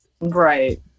Right